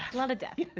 lot of death.